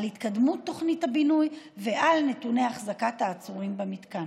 על התקדמות תוכנית הבינוי ועל נתוני החזקת העצורים במתקן.